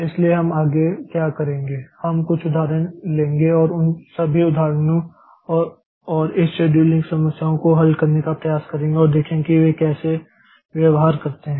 इसलिए हम आगे क्या करेंगे हम कुछ उदाहरण लेंगे और उन सभी उदाहरणों और इस शेड्यूलिंग समस्याओं को हल करने का प्रयास करेंगे और देखेंगे कि वे कैसे व्यवहार करते हैं